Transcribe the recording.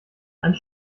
einen